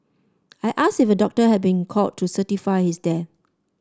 I asked if a doctor had been called to certify his death